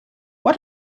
what